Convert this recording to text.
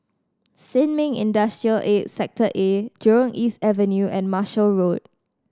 Sin Ming Industrial Estate Sector A Jurong East Avenue and Marshall Road